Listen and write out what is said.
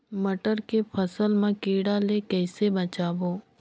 मटर के फसल मा कीड़ा ले कइसे बचाबो?